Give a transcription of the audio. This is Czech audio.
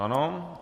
Ano.